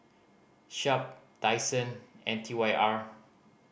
Sharp Daiso and T Y R